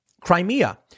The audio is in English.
Crimea